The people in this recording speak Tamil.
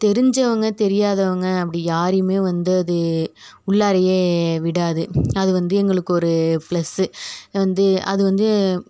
தெரிஞ்சவங்க தெரியாதவங்க அப்படி யாரையுமே வந்து அது உள்ளாரையே விடாது அது வந்து எங்களுக்கு ஒரு ப்ளஸ்ஸு வந்து அது வந்து